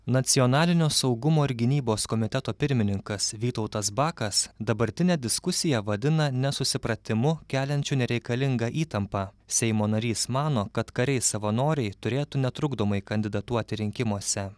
nacionalinio saugumo ir gynybos komiteto pirmininkas vytautas bakas dabartinę diskusiją vadina nesusipratimu keliančiu nereikalingą įtampą seimo narys mano kad kariai savanoriai turėtų netrukdomai kandidatuoti rinkimuose